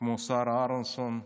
כמו שרה אהרונסון,